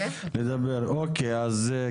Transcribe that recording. נאפשר להם להתייחס.